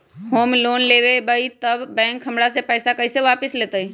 हम लोन लेलेबाई तब बैंक हमरा से पैसा कइसे वापिस लेतई?